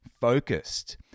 focused